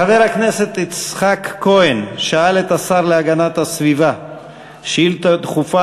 חבר הכנסת יצחק כהן שאל את השר להגנת הסביבה שאילתה דחופה